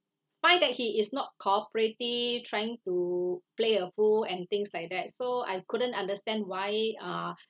find that he is not cooperative trying to play a fool and things like that so I couldn't understand why uh